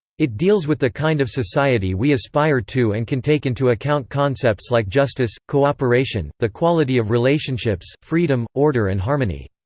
it deals with the kind of society we aspire to and can take into account concepts like justice, cooperation, the quality of relationships, freedom, order and harmony.